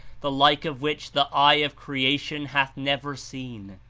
the like of which the eye of creation hath never seen.